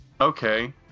Okay